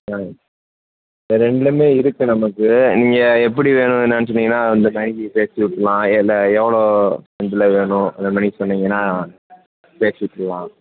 ஆ ரெண்டுமே இருக்குது நமக்கு நீங்கள் எப்படி வேணும் என்னென்னு சொன்னீங்கன்னால் அந்த பேசி விட்ருலாம் என்ன எவ்வளோ இதில் வேணும் அந்த மேனி சொன்னீங்கன்னால் பேசி விட்றலாம்